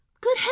good